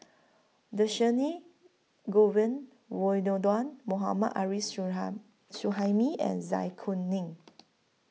Dhershini Govin Winodan Mohammad Arif Suhaimi and Zai Kuning